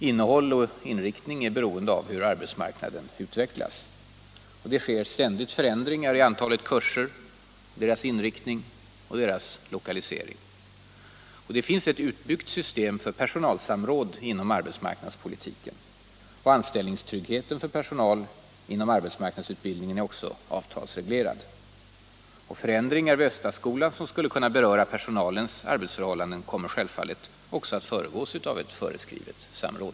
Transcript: Innehåll och inriktning är beroende av hur arbetsmarknaden utvecklas. Det sker ständigt förändringar i antalet kurser, deras inriktning och lokalisering. Det finns ett utbyggt system för personalsamråd inom arbetsmarknadspolitiken. Anställningstryggheten för personal inom arbetsmarknadsutbildningen är avtalsreglerad. Förändringar vid Östaskolan som skulle kunna beröra personalens arbetsförhållanden kommer självfallet också att föregås av föreskrivet samråd.